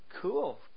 Cool